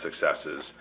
successes